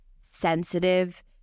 sensitive